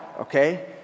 Okay